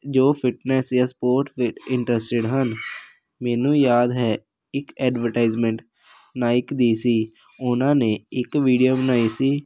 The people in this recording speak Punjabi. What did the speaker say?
ਜੋ ਫਿਟਨੈਸ ਜਾਂ ਸਪੋਰਟਸ ਵਿਚ ਇੰਟਰਸਟਿਡ ਹਨ ਮੈਨੂੰ ਯਾਦ ਹੈ ਇੱਕ ਐਡਵਰਟਾਈਜਮੈਂਟ ਨਾਇਕ ਦੀ ਸੀ ਉਹਨਾਂ ਨੇ ਇੱਕ ਵੀਡੀਓ ਬਣਾਈ ਸੀ